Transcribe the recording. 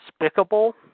despicable